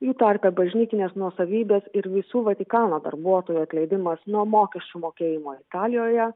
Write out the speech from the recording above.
jų tarpe bažnytinės nuosavybės ir visų vatikano darbuotojų atleidimas nuo mokesčių mokėjimo italijoje